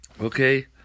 Okay